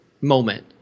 moment